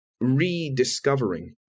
rediscovering